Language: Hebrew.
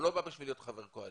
הוא לא בא כדי להיות חבר קואליציה.